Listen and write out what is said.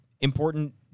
important